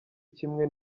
kimwe